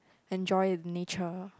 enjoy nature